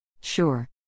Sure